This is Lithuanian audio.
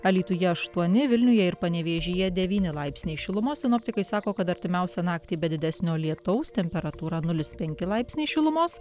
alytuje aštuoni vilniuje ir panevėžyje devyni laipsniai šilumos sinoptikai sako kad artimiausią naktį be didesnio lietaus temperatūra nulis penki laipsniai šilumos